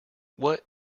what